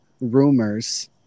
rumors